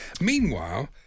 Meanwhile